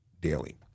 daily